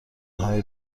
های